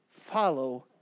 follow